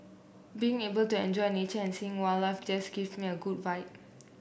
being able to enjoy nature and seeing wildlife just give me a good vibe